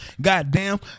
goddamn